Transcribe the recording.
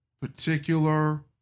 particular